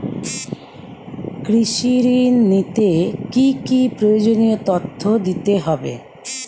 কৃষি ঋণ নিতে কি কি প্রয়োজনীয় তথ্য দিতে হবে?